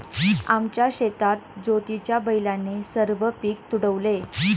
आमच्या शेतात ज्योतीच्या बैलाने सर्व पीक तुडवले